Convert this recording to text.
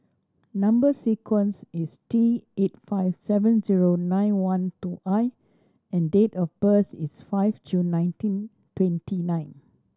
number sequence is T eight five seven zero nine one two I and date of birth is five June nineteen twenty nine